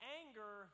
anger